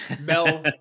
Mel